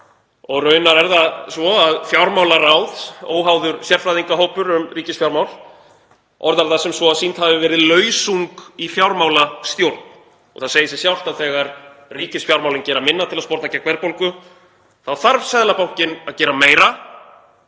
og raunar er það svo að fjármálaráð, óháður sérfræðingahópur um opinber fjármál, orðar það sem svo að sýnd hafi verið „lausung í fjármálastjórn“. Það segir sig sjálft að þegar ríkisfjármálin gera minna til að sporna gegn verðbólgu þá þarf Seðlabankinn að gera meira